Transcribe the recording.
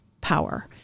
power